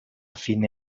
fine